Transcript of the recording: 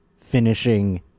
finishing